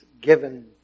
given